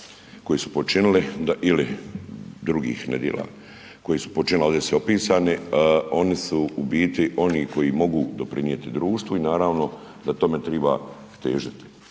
koje su počinili ili drugih nedjela koje su počinili a ovdje je su opisani, oni su u biti oni koji mogu doprinijeti društvu i naravno da tome treba težiti.